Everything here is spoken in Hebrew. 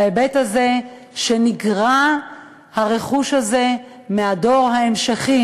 בהיבט הזה שהרכוש הזה נגרע מהדור ההמשכי